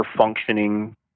functioning